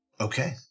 Okay